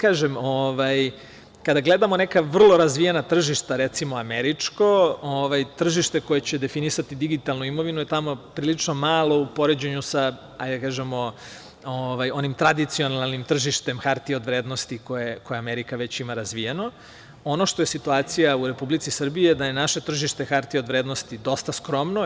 Kada gledamo neka vrlo razvijena tržišta, recimo, Američko, tržište koje će definisati digitalnu imovinu je tamo prilično malo u poređenju sa onim tradicionalnim tržištem hartija od vrednosti koje Amerika već ima razvijeno, ono što je situacija u Republici Srbiji je da je naše tržište hartija od vrednosti dosta skromno.